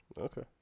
Okay